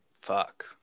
fuck